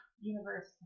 universe